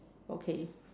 okay